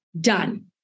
done